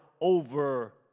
over